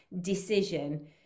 decision